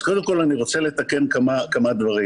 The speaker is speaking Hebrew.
אז קודם כול, אני רוצה לתקן כמה דברים.